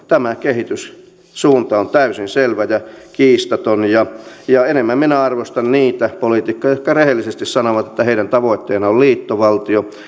tämä kehityssuunta on täysin selvä ja kiistaton ja ja enemmän minä arvostan niitä poliitikkoja jotka rehellisesti sanovat että heidän tavoitteenaan on liittovaltio